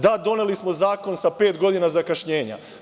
Da – doneli smo zakon sa pet godina zakašnjenja.